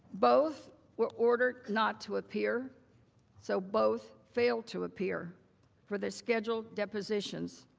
both were ordered not to appear so both failed to appear for the scheduled the positions.